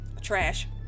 trash